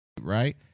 right